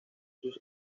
sus